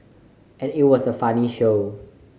and it was a funny show